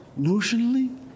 notionally